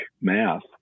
math